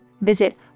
Visit